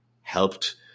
helped